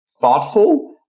thoughtful